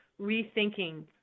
rethinking